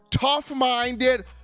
tough-minded